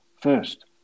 First